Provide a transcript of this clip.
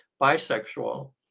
bisexual